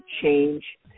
change